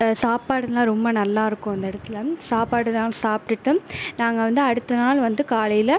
சாப்பாடுலாம் ரொம்ப நல்லா இருக்கும் அந்த இடத்துல சாப்பாடுலாம் சாப்பிடுட்டு நாங்கள் வந்து அடுத்த நாள் வந்து காலையில்